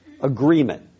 agreement